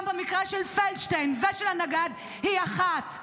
במקרה של פלדשטיין ושל הנגד היא אחת,